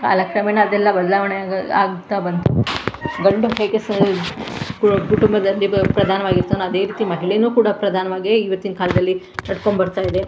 ಕಾಲಕ್ರಮೇಣ ಅದೆಲ್ಲ ಬದಲಾವಣೆ ಆಗ್ತಾ ಬಂತು ಗಂಡು ಹೇಗೆ ಸ ಕುಟುಂಬದಲ್ಲಿ ಪ್ರಧಾನವಾಗಿರ್ತಾನೊ ಅದೇ ರೀತಿ ಮಹಿಳೆಯೂ ಕೂಡ ಪ್ರಧಾನವಾಗೇ ಈವತ್ತಿನ ಕಾಲದಲ್ಲಿ ನಡ್ಕೊಂಡ್ಬರ್ತಾಯಿದೆ